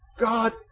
God